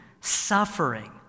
suffering